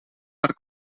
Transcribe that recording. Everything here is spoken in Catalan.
per